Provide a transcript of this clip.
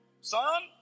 son